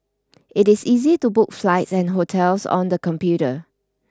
it is easy to book flights and hotels on the computer